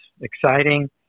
exciting